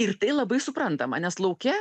ir tai labai suprantama nes lauke